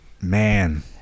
man